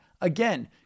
Again